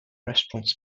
restaurant